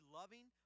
loving